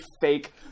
fake